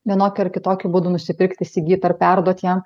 vienokiu ar kitokiu būdu nusipirkt įsigyt ar perduot jam